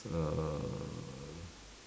uh